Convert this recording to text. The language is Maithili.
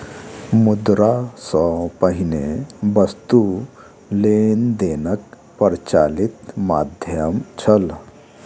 मुद्रा सॅ पहिने वस्तु लेन देनक प्रचलित माध्यम छल